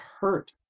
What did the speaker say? hurt